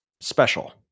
special